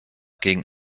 gegen